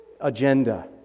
agenda